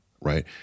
right